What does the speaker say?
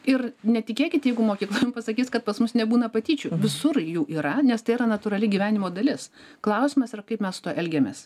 ir netikėkit jeigu mokykla jum pasakys kad pas mus nebūna patyčių visur jų yra nes tai yra natūrali gyvenimo dalis klausimas yra kaip mes elgiamės